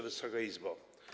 Wysoka Izbo!